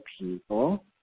people